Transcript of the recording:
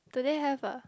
today have ah